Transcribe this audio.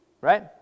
right